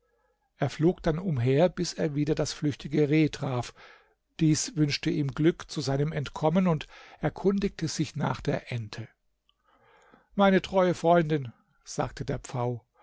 er flog dann umher bis er wieder das flüchtige reh traf dies wünschte ihm glück zu seinem entkommen und erkundigte sich nach der ente meine treue freundin sagte der pfau